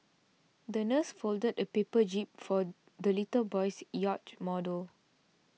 the nurse folded a paper jib for the little boy's yacht model